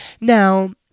Now